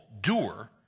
doer